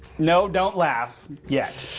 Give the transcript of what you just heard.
no don't laugh yet.